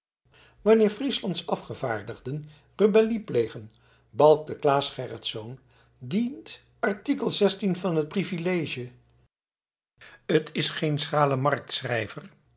wanneer frieslands afgevaardigden rebellie plegen balkte claes gerritsz dient artikel van het privil t is geen schrale